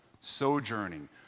sojourning